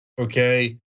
okay